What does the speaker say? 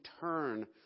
turn